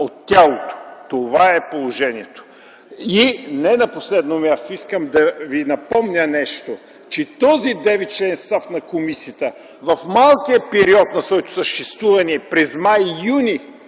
от тялото. Това е положението. И не на последно място искам да ви напомня, че този 9-членен състав на комисията в малкия период на своето съществуване през май и